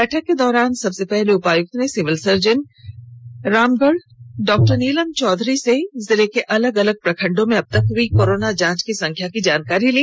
बैठक के दौरान सबसे पहले उपायुक्त ने civil surgeon Ramgarh doctor Neelam Chaudhary से जिले के अलग अलग प्रखंडों में अब तक हई कोरोना जांच की संख्या की जानकारी ली